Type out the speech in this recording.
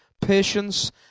patience